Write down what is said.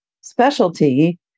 specialty